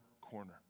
corner